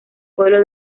pueblo